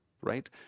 right